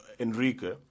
Enrique